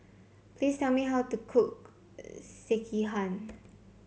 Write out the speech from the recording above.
please tell me how to cook Sekihan